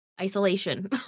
isolation